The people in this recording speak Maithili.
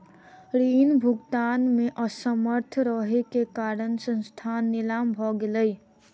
ऋण भुगतान में असमर्थ रहै के कारण संस्थान नीलाम भ गेलै